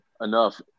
enough